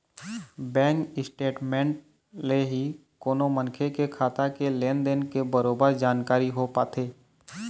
bank statement ले ही कोनो मनखे के खाता के लेन देन के बरोबर जानकारी हो पाथे